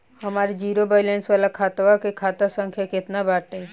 हमार zero balance वाला खतवा के खाता संख्या केतना बा?